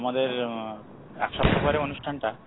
আমাদের এক সপ্তাহ পরে অনুষ্ঠানটা